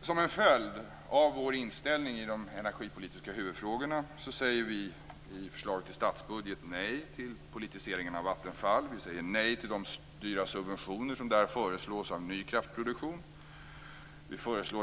Som en följd av vår inställning i de energipolitiska huvudfrågorna säger vi i förslaget till statsbudget nej till politiseringen av Vattenfall. Vi säger nej till de dyra subventioner av ny kraftproduktion som där föreslås.